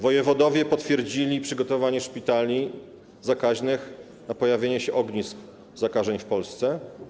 Wojewodowie potwierdzili przygotowanie szpitali zakaźnych na wypadek pojawienia się ognisk zakażeń w Polsce.